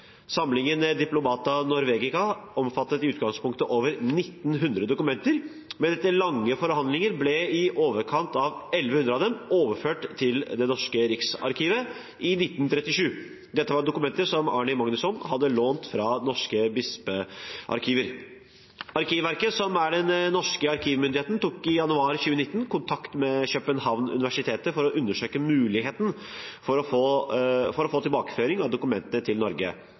Samlingen Diplomata Norvegica omfattet i utgangspunktet over 1 900 dokumenter, men etter lange forhandlinger ble i overkant av 1 100 av dem overført til det norske riksarkivet i 1937. Dette var dokumenter som Árni Magnússon hadde lånt fra norske bispearkiver. Arkivverket, som er den norske arkivmyndigheten, tok i januar 2019 kontakt med Københavns Universitet for å undersøke muligheten for å få en tilbakeføring av dokumentene til Norge.